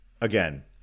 again